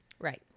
Right